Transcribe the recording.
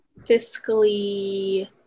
fiscally